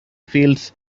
fields